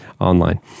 online